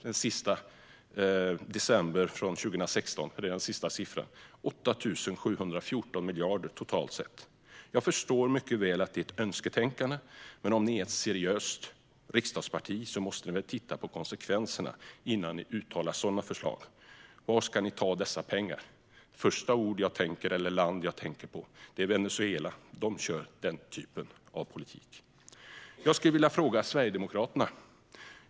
Den senaste siffran från den 31 december 2016 är 8 714 miljarder totalt. Jag förstår mycket väl att det är ett önsketänkande, men om ni är ett seriöst riksdagsparti måste ni väl titta på konsekvenserna innan ni uttalar ett sådant förslag. Var ska ni ta dessa pengar? Det första land jag tänker på är Venezuela. De kör den typen av politik. Jag har även en fråga till Sverigedemokraterna.